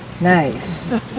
Nice